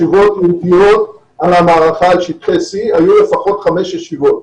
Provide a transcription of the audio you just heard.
ישיבות אישיות על המערכה על שטחי C. היו לפחות חמש ישיבות.